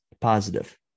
positive